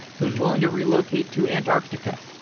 who's willing to relocate to antarctica.